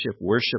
worship